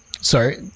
sorry